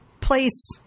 place